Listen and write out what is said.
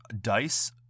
Dice